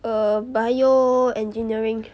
err bio engineering